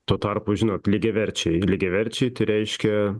tuo tarpu žinot lygiaverčiai lygiaverčiai reiškia